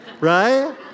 right